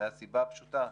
מהסיבה הפשוטה,